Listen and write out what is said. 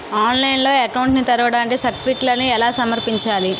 ఆన్లైన్లో అకౌంట్ ని తెరవడానికి సర్టిఫికెట్లను ఎలా సమర్పించాలి?